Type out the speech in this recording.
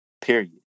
Period